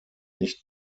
nicht